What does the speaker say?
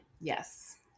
yes